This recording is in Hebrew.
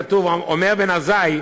אומר בן עזאי: